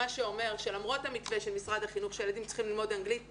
מה שאמור שלמרות המתווה של משרד החינוך שהילדים צריכים ללמוד אנגלית,